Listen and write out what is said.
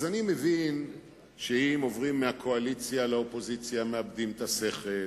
אז אני מבין שאם עוברים מהקואליציה לאופוזיציה מאבדים את השכל,